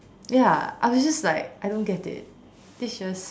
ya I was just like I don't get it this is just